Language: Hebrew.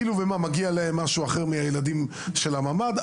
מה, מגיע להם משהו אחר מן הילדים של הממ"ד?